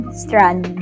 strand